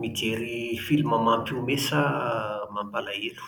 Mijery filma mampihomehy sa mampalahelo?